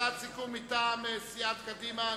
הצעת סיכום מטעם סיעת קדימה.